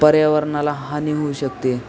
पर्यावरणाला हानी होऊ शकते